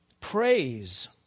praise